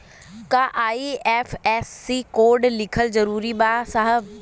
का IFSC code लिखल जरूरी बा साहब?